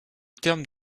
terme